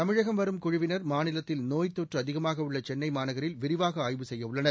தமிழகம் வரும் குழுவினர் மாநிலத்தில் நோய்த்தொற்று அதிகமாக உள்ள சென்னை மாநகரில் விரிவாக ஆய்வு செய்ய உள்ளனர்